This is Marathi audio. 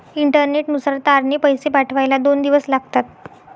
इंटरनेटनुसार तारने पैसे पाठवायला दोन दिवस लागतात